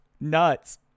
nuts